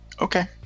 Okay